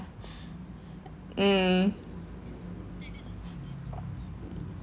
mm